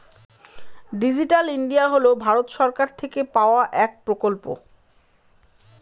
digital India হল ভারত সরকার থেকে পাওয়া এক প্রকল্প